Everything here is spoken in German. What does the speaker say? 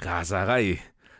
raserei